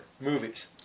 movies